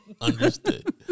Understood